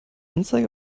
anzeige